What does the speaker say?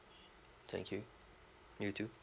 thank you you too